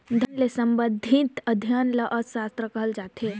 धन ले संबंधित अध्ययन ल अर्थसास्त्र कहल जाथे